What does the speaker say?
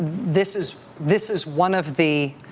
this is this is one of the,